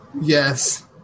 yes